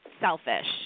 selfish